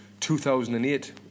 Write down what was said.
2008